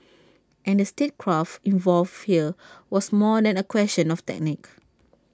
and the statecraft involved here was more than A question of technique